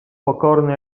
pokorny